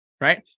right